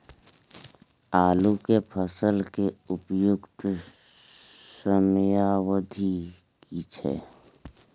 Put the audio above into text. आलू के फसल के उपयुक्त समयावधि की छै?